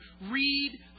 read